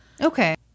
Okay